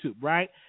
right